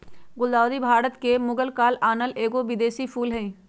गुलदाऊदी भारत में मुगल काल आनल एगो विदेशी फूल हइ